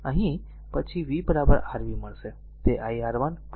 તેથી અહીં પછી v r v મળશે તે iR1 iR2 છે